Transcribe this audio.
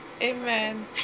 amen